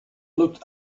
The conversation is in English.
looked